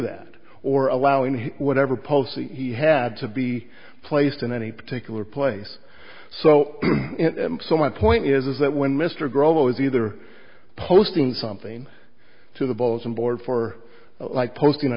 that or allow in whatever policy he had to be placed in any particular place so so my point is that when mr grow is either posting something to the bulletin board for like posting a